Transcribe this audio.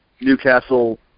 Newcastle